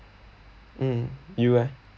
mm you eh